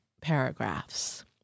paragraphs